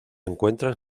encuentran